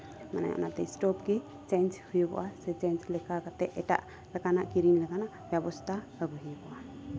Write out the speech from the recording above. ᱢᱟᱱᱮ ᱚᱱᱟᱛᱮ ᱥᱴᱳᱵᱷ ᱜᱮ ᱪᱮᱧᱡᱽ ᱦᱩᱭᱩᱜᱼᱟ ᱥ ᱮ ᱪᱮᱧᱡᱽ ᱞᱮᱠᱟ ᱠᱟᱛᱮᱫ ᱮᱴᱟᱜ ᱞᱮᱠᱟᱱᱟᱜ ᱠᱤᱨᱤᱧ ᱨᱮᱱᱟᱜ ᱵᱮᱵᱚᱥᱛᱷᱟ ᱟᱹᱜᱩᱭ ᱦᱩᱭᱩᱜᱼᱟ